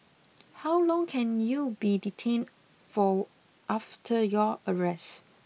how long can you be detained for after your arrest